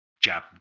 Japan